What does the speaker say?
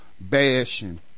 bashing